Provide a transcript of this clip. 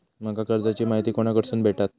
माका कर्जाची माहिती कोणाकडसून भेटात?